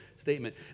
statement